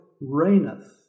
reigneth